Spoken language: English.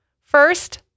First